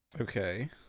Okay